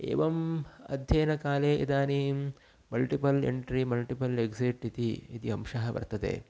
एवम् अध्ययनकाले इदानीं मल्टिपल् एण्ट्रि मल्टिपल् एक्सिट् इति इति अंशः वर्तते